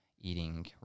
eating